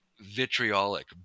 vitriolic